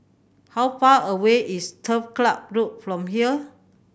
how far away is Turf Ciub Road from here